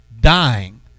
dying